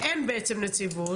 אין בעצם נציבות.